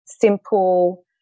simple